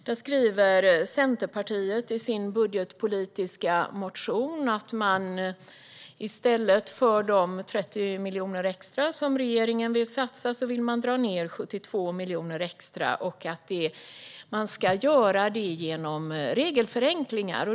Centerpartiet skriver i sin budgetpolitiska motion att man i stället för de 30 miljoner extra som regeringen vill satsa vill dra ned med 72 miljoner extra och att det ska ske genom regelförenklingar.